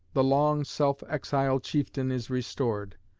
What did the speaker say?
the long self-exiled chieftain, is restored.